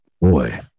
boy